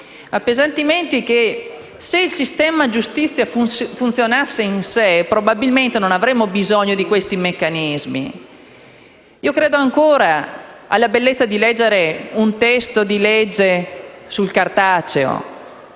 appesantimenti. Se il sistema giustizia funzionasse in sé, probabilmente non avremmo bisogno di questi meccanismi. Credo ancora alla bellezza di leggere un testo di legge sul cartaceo,